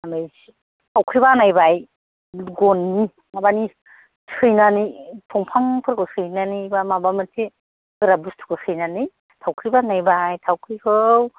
ओमफ्राय थावख्रि बानायबाय गननि माबानि सैनानै दंफांफोरखौ सैनानै एबा माबा मोनसे गोरा बुस्थुखौ सैनानै थावख्रि बानायबाय थावख्रिखौ